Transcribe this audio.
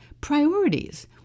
priorities